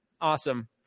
Awesome